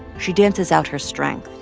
she dances out her strength.